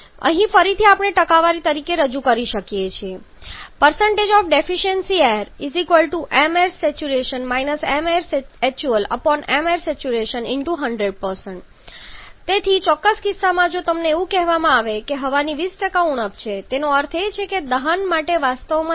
અહીં ફરીથી આપણે ટકાવારી તરીકે રજૂ કરીએ છીએ જે આપણે અહીં બીજી રીતે લખીએ છીએ તે છે deficiency air mair |stoi − mair |actualmair |stoi100 તેથી ચોક્કસ કિસ્સામાં જો એવું કહેવામાં આવે કે હવાની 20 ઉણપ છે તેનો અર્થ એ છે કે દહન વાસ્તવમાં 0